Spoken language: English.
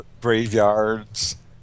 graveyards